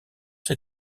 ses